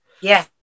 Yes